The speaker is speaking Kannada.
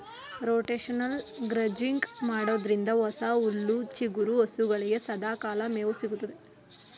ರೋಟೇಷನಲ್ ಗ್ರಜಿಂಗ್ ಮಾಡೋದ್ರಿಂದ ಹೊಸ ಹುಲ್ಲು ಚಿಗುರಿ ಹಸುಗಳಿಗೆ ಸದಾಕಾಲ ಮೇವು ಸಿಗುತ್ತದೆ